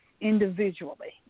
individually